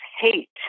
hate